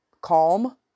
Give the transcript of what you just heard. calm